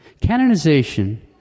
canonization